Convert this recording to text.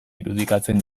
irudikatzen